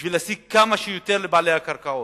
כדי להשיג כמה שיותר לבעלי הקרקעות.